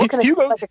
Hugo